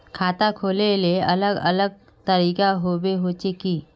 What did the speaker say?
खाता खोले के अलग अलग तरीका होबे होचे की?